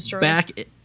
back